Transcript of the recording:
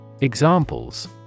Examples